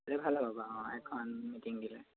ভালে হ'ব বাৰু অঁ এখন মিটিং দিলে